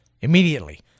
Immediately